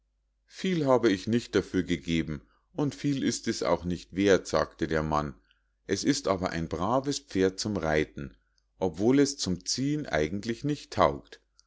viel habe ich nicht dafür gegeben und viel ist es auch nicht werth sagte der mann es ist aber ein braves pferd zum reiten obwohl es zum ziehen eigentlich nicht taugt